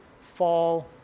Fall